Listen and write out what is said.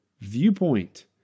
viewpoint